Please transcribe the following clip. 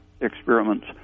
experiments